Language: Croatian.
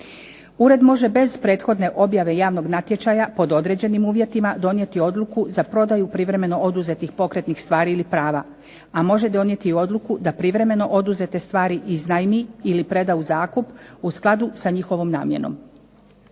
Ured može bez prethodne objave javnog natječaja pod određenim uvjetima donijeti odluku za prodaju privremeno oduzetih pokretnih stvari ili prava, a može donijeti odluku da privremeno oduzete stvari iznajmi ili preda u zakup u skladu sa njihovom namjenom.